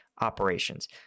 operations